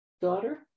daughter